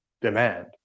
demand